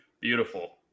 beautiful